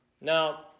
Now